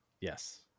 Yes